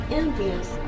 envious